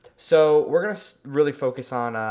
so we're gonna really focus on,